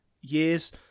years